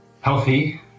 healthy